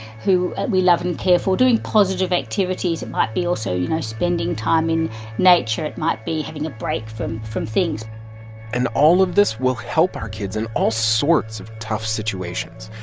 who we love and care for, doing positive activities. it might be also, you know, spending time in nature. it might be having a break from from things and all of this will help our kids in all sorts of tough situations.